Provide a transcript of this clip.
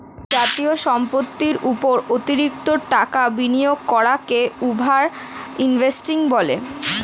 যাবতীয় সম্পত্তির উপর অতিরিক্ত টাকা বিনিয়োগ করাকে ওভার ইনভেস্টিং বলে